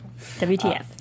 WTF